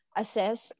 assess